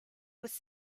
was